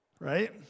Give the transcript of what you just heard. Right